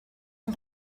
son